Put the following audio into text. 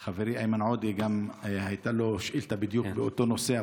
וגם לחברי איימן עודה הייתה שאילתה בדיוק באותו נושא,